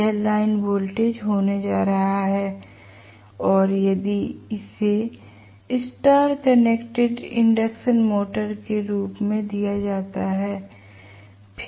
यह line voltage होने वाला है और यदि इसे y कनेक्टेड इंडक्शन मोटर के रूप में दिया जाता है